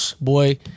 Boy